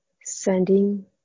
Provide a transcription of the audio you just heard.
Sending